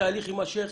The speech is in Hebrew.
התהליך יימשך